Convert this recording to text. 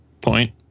point